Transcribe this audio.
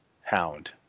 Hound